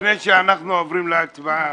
לפני שאנחנו עוברים להצבעה,